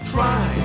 Try